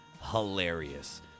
hilarious